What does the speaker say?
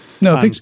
no